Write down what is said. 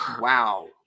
Wow